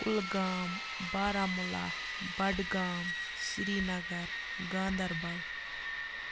Kulgam Baramulla Budgam Srinagar Ganderbal